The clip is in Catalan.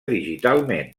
digitalment